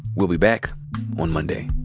we'll be back on monday